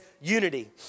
unity